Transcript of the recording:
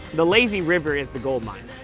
the lazy river is the gold mine.